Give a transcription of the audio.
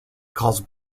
calls